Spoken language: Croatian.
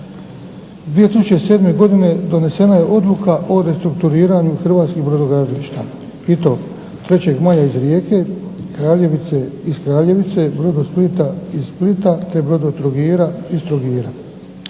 2007. godine donesena je odluka o restrukturiranju hrvatskih brodogradilišta i to 3. maja iz Rijeke, Kraljevice iz Kraljevice, Brodosplita iz Splita, te Brodotrogira iz Trogira.